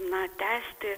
na tęsti